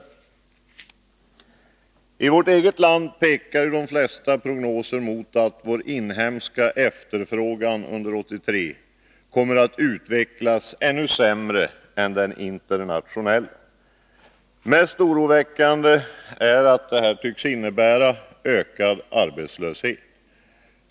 I vårt eget land pekar de flesta prognoser mot att vår inhemska efterfrågan under 1983 kommer att utvecklas ännu sämre än den internationella. Mest oroväckande är att detta tycks innebära ökad arbetslöshet under året.